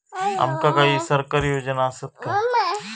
आमका काही सरकारी योजना आसत काय?